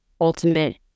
ultimate